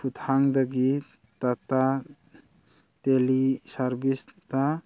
ꯈꯨꯊꯥꯡꯗꯒꯤ ꯇꯥꯇꯥ ꯗꯦꯜꯂꯤ ꯁꯥꯔꯕꯤꯁꯇ